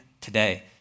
today